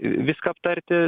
viską aptarti